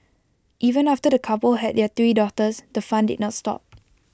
even after the couple had their three daughters the fun did not stop